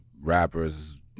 rappers